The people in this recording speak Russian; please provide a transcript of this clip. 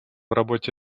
работе